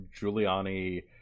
Giuliani